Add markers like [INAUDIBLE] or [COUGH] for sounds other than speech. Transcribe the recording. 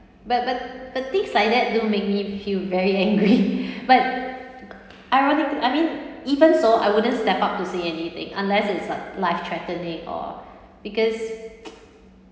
but but but things like that do make me feel very angry but I ironic I mean even so I wouldn't step up to say anything unless it's a life threatening or because [NOISE]